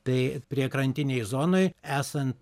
tai priekrantinėj zonoj esant